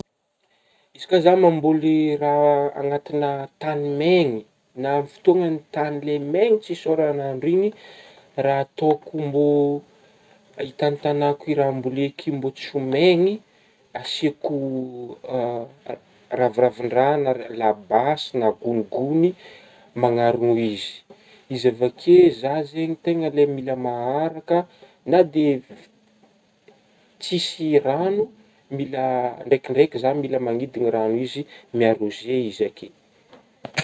Izy ka zah mamboly raha anatigna tagny maigny na amin'gny le fotoagna tagny le maigny tsisy ôran'andro igny, raha ataoko itantagnako raha amboleko io mbô tsy ho maigny asiko ra-raviravin-draha na labasy na gonigogny magnarogna izy, izy avy eo ke zah zegny tegna le mila maharaka na de tsisy ragno mila ndraikindraiky zah mila manidigna ragno izy miarôze izy akeo.